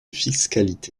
fiscalité